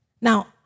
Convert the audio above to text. Now